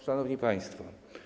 Szanowni Państwo!